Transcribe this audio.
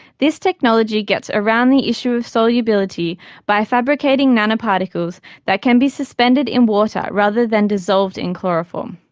this technology gets around the issue of solubility by fabricating nanoparticles that can be suspended in water rather than dissolved in chloroform.